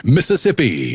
Mississippi